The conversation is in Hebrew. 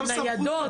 ניידות.